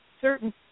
certain